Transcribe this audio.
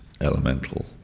elemental